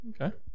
Okay